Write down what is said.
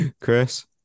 chris